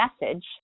message